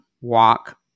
walk